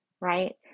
Right